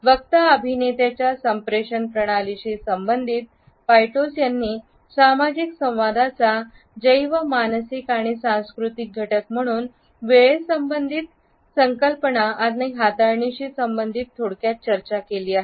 वक्ता अभिनेत्याच्या संप्रेषण प्रणालीशी संबंधित पोयटोस यांनी सामाजिक संवादांचा जैव मानसिक आणि सांस्कृतिक घटक म्हणून वेळसंबंधित संकल्पना आणि हाताळणीशी संबंधित थोडक्यात चर्चा केली आहे